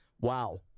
Wow